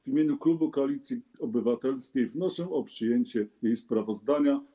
W imieniu klubu Koalicji Obywatelskiej wnoszę o przyjęcie jej sprawozdania.